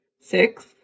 six